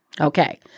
Okay